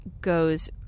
goes